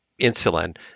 insulin